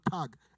tag